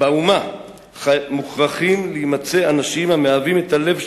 בְּאומה מוכרחים להימצא אנשים המהווים את הלב שלה.